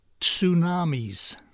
tsunamis